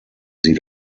sie